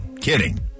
kidding